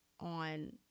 On